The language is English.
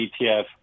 ETF